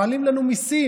מעלים לנו מיסים,